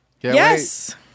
Yes